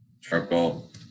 Charcoal